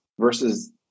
versus